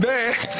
ולכן אמרנו,